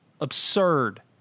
Absurd